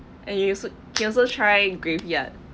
and you also can also try graveyard